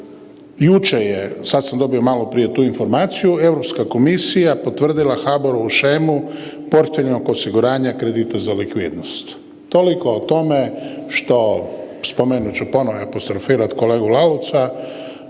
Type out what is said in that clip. jučer je, sad sam dobio maloprije tu informaciju, EU komisija potvrdila HBOR-ovu shemu porfeljnog osiguranja kredita za likvidnost, toliko o tome što spomenut ću ponovo i apostrofirat kolegu Lalovca,